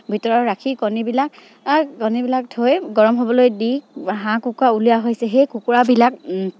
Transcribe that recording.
ভিতৰত ৰাখি কণীবিলাক কণীবিলাক থৈ গৰম হ'বলৈ দি হাঁহ কুকুৰা উলিওয়া হৈছে সেই কুকুৰাবিলাক